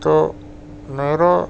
تو میرا